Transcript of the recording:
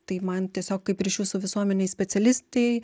tai man tiesiog kaip ryšių su visuomene specialistei